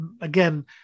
again